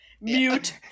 Mute